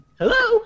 hello